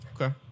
Okay